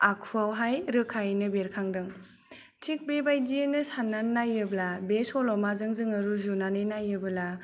आखुआव हाय रोखायैनो बेरखांदों थिख बेबादियैनो सानना नायोब्ला बे सलमाजों जोङो रुजुनानै नायोब्ला